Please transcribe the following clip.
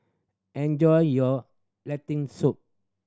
enjoy your Lentil Soup